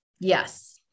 Yes